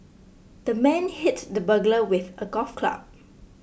the man hit the burglar with a golf club